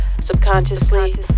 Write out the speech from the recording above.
Subconsciously